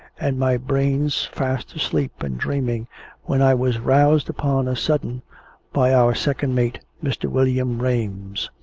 and my brains fast asleep and dreaming when i was roused upon a sudden by our second mate, mr. william rames.